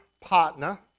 partner